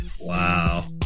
wow